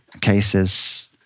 cases